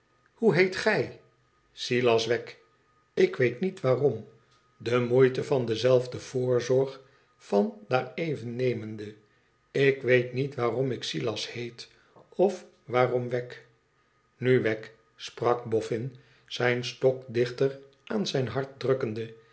hoe heet gij isilas wegg ik weet niet waarom de moeite van dezelfde voorzorg van daar even nemende ik weet niet waarom iksilasheet of waarom wegg inu wegg sprak boffin zijn stok dichter aan zijn hart drukkende